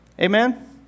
Amen